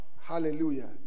Hallelujah